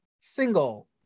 single